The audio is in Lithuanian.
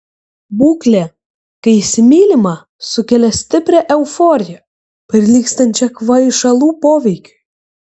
būklė kai įsimylima sukelia stiprią euforiją prilygstančią kvaišalų poveikiui